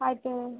అయితే